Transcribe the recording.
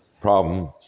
problem